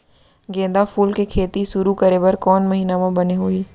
गेंदा फूल के खेती शुरू करे बर कौन महीना मा बने होही?